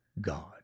God